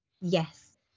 Yes